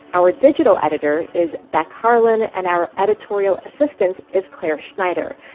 our digital editor is beck harlan, and our editorial assistant is clare schneider.